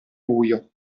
buio